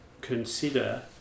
consider